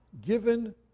given